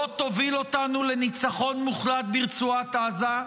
לא תוביל אותנו לניצחון מוחלט ברצועת עזה,